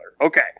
Okay